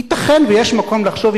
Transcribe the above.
ייתכן שיש מקום לחשוב,